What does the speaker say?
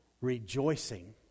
rejoicing